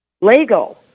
Lego